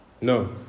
No